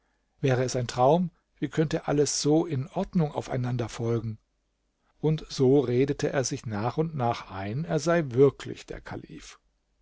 wäre es ein traum wie könnte alles so in ordnung aufeinander folgen und so redete er sich nach und nach ein er sei wirklich der kalif